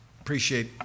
appreciate